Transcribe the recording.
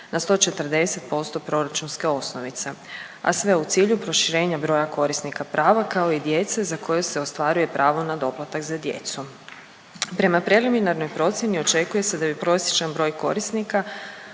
na 140% proračunske osnovice, a sve u cilju proširenja broja korisnika prava kao i djece za koju se ostvaruje pravo na doplatak za djecu. Prema preliminarnoj procjeni očekuje se da bi prosječan broj korisnika